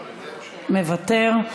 מוותר,